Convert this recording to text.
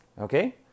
Okay